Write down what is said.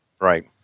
Right